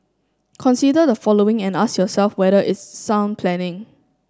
consider the following and ask yourself whether it's sound planning